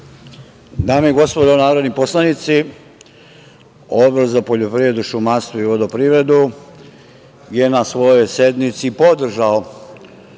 Dame i gospodo narodni poslanici, Odbor za poljoprivredu, šumarstvo i vodoprivredu je na svojoj sednici podržao